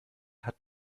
hat